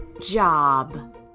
job